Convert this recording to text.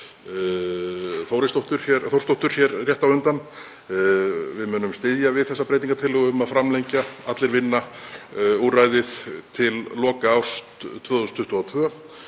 Þórsdóttur hér rétt á undan. Við munum styðja við þessa breytingartillögu um að framlengja Allir vinna-úrræðið til loka árs 2022.